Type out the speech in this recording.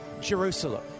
Jerusalem